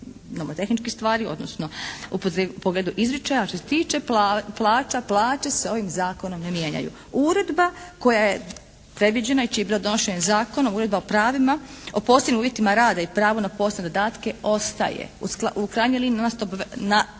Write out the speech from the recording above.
u pogledu izričaja. A što se tiče plaća, plaće se ovim zakonom ne mijenjaju. Uredba koja je predviđena i čije je bilo donošenje zakonom, Uredba o pravima, o postignutim uvjetima rada i pravo na posebne dodatke ostaje. U krajnjoj liniji …/Govornik